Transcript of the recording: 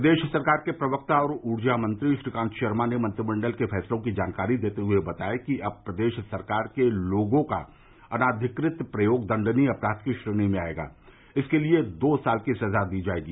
प्रदेश सरकार के प्रवक्ता और ऊर्जा मंत्री श्रीकांत शर्मा ने मंत्रिमंडल के फैसलों की जानकारी देते हुए बताया कि अब प्रदेश सरकार के लोगो का अनाधिकृत प्रयोग दंडनीय अपराध की श्रेणी में आयेगा और इसके लिए दो साल की सजा दी जायेगी